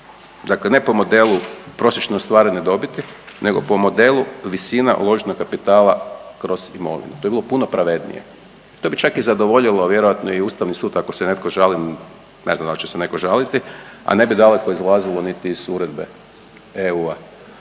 dakle ne po modelu prosječno ostvarene dobiti, nego po modelu visina uloženog kapitala kroz imovinu. To bi bilo puno pravednije. To bi čak i zadovoljilo vjerojatno i Ustavni sud ako se netko žali, ne znam da li će se netko žaliti, a ne bi daleko izlazilo niti iz uredbe EU-a.